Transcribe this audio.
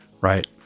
right